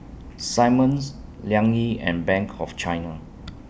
Simmons Liang Yi and Bank of China